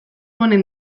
honen